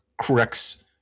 corrects